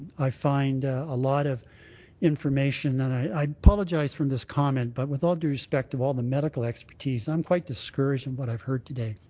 i find a lot of information and i apologize from this comment but with all due respect of all the medical expertise, i'm quite discouraged in what i've heard today.